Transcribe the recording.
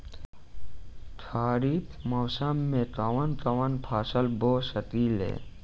खरिफ मौसम में कवन कवन फसल बो सकि ले?